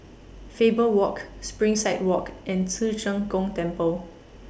Faber Walk Springside Walk and Ci Zheng Gong Temple